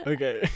Okay